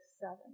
seven